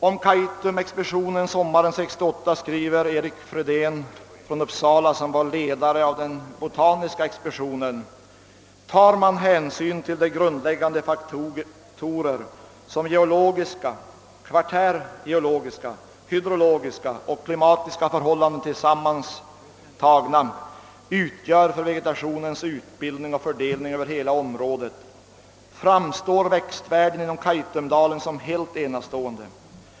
Om Kaitumexpeditionen sommaren 1968 skriver Erik Fridén, som var ledare för den botaniska expeditionen: »Tar man hänsyn till de grundläggande faktorer som geologiska, kvartärgeologiska, hydrologiska och klimatiska förhållanden tillsammantagna utgör för vegetationens utbildning och fördelning över hela området framstår växtvärlden inom Kaitumdalen som helt enastående.